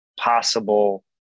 possible